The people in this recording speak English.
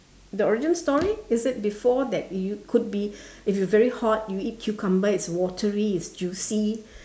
the origin story is it before that you could be if you very hot you eat cucumber it's watery it's juicy